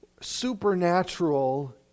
supernatural